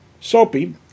Soapy